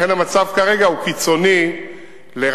לכן, המצב כרגע הוא קיצוני לרעת